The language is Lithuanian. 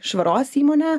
švaros įmonę